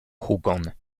hugon